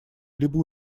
либо